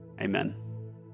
amen